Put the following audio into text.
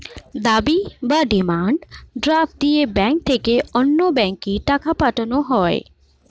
দাবি বা demand draft দিয়ে ব্যাংক থেকে অন্য ব্যাংকে টাকা পাঠানো হয়